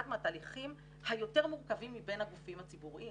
אחד מהתהליכים היותר מורכבים מבין הגופים הציבוריים